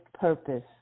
purpose